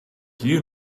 you